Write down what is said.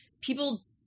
people